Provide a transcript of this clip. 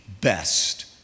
best